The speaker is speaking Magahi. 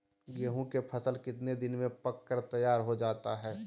गेंहू के फसल कितने दिन में पक कर तैयार हो जाता है